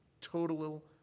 Total